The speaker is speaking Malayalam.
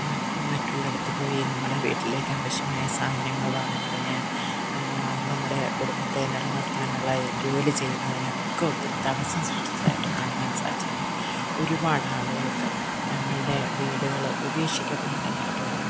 മ മറ്റുള്ളിടത് പോയി നമ്മള് വീട്ടിലേക്കാവശ്യമായ സാധനങ്ങൾ വാങ്ങുന്നതിന് നമ്മുടെ കുടുംബത്തെ നിലനിർത്താനുള്ള ജോലി ചെയ്യുന്നതിന് ഒക്കെ ഒത്തിരി തടസ്സം സൃഷ്ടിച്ചതായിട്ട് കാണുവാൻ സാധിച്ചിട്ടുണ്ട് ഒരുപാടാളുകൾക്ക് തങ്ങളുടെ വീടുകളോ ഉപേക്ഷിക്കപ്പെടെണ്ടതായിട്ട് വരുന്നുണ്ട്